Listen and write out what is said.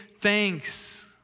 thanks